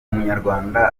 umunyarwanda